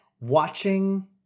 watching